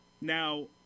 Now